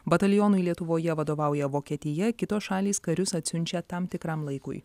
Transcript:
batalionui lietuvoje vadovauja vokietija kitos šalys karius atsiunčia tam tikram laikui